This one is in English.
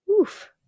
Oof